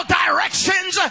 directions